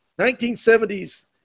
1970s